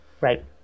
Right